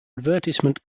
advertisement